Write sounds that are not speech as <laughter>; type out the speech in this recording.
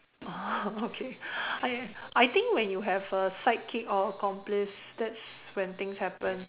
oh <laughs> okay I I think when you have a sidekick or accomplice that's when things happen